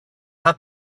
had